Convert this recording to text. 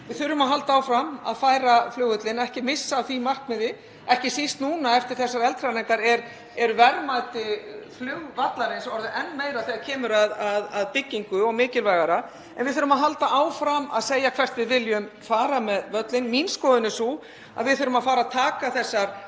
við þurfum að halda áfram að færa flugvöllinn, ekki missa af því markmiði. Ekki síst núna eftir þessar eldhræringar þá er verðmæti flugvallarins orðið enn meira og mikilvægara þegar kemur að byggingu. Við þurfum að halda áfram að segja hvert við viljum fara með völlinn. Mín skoðun er sú að við þurfum að fara að taka þessar